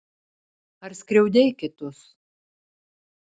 ar skriaudei kitus